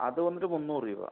അത് വന്നിട്ട് മുന്നൂറ് രൂപ